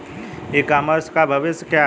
ई commerce का भविष्य क्या है?